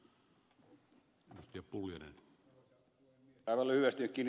aivan lyhyesti